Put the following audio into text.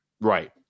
right